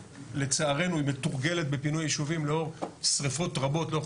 היא מתורגלת בפינוי ישובים לאור שריפות רבות לאורך